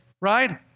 Right